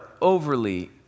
overly